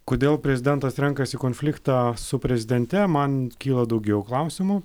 kodėl prezidentas renkasi konfliktą su prezidente man kyla daugiau klausimų